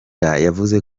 yavuze